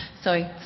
Sorry